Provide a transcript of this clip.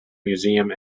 museum